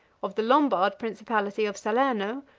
of the lombard principality of salerno,